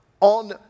on